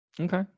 Okay